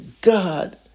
God